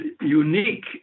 unique